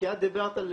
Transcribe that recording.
כי את דיברת על